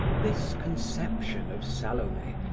this conception of salome,